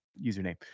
username